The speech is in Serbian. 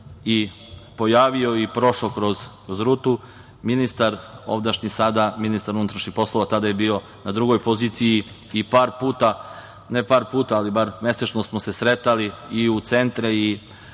i pojavio i prošao kroz rutu. Ministar ovdašnji sada, ministar unutrašnjih poslova, tada je bio na drugoj poziciji i par puta, ne par puta, ali bar mesečno smo se sretali i u centre i radivši